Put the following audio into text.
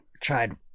tried